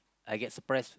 I get surprise